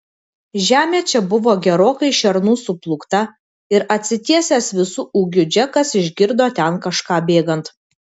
žemė čia buvo gerokai šernų suplūkta ir atsitiesęs visu ūgiu džekas išgirdo ten kažką bėgant